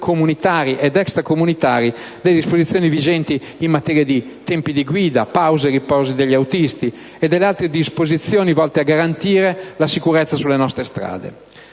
comunitari ed extracomunitari, delle disposizioni vigenti in materia di tempi di guida, pause e riposi degli autisti, e delle altre disposizioni volte a garantire la sicurezza sulle nostre strade.